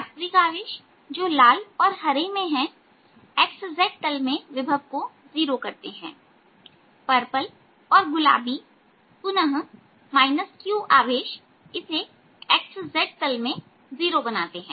वास्तविक आवेश जो लाल और हरे में हैं xz तल में विभव को 0 करते हैं और पर्पल और गुलाबी में पुनः q आवेश इसे xz तल में इसे जीरो बनाते हैं